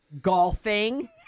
golfing